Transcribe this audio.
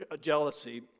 jealousy